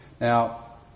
Now